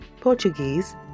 Portuguese